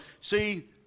see